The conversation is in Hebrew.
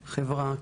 חברה,